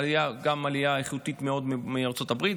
הייתה גם עלייה איכותית מאוד מארצות הברית,